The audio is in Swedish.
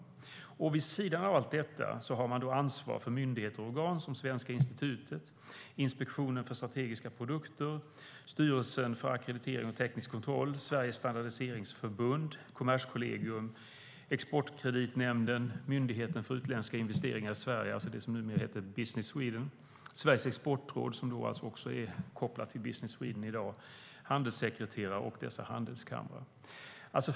Vid sidan av allt detta hade man ansvar för myndigheter och organ som Svenska institutet, Inspektionen för strategiska produkter, Styrelsen för ackreditering och teknisk kontroll, Sveriges Standardiseringsförbund, Kommerskollegium, Exportkreditnämnden, Myndigheten för utländska investeringar i Sverige - det som numera heter Business Sweden - Sveriges exportråd, som också är kopplat till Business Sweden i dag, handelssekreterare och handelskamrar.